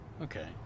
Okay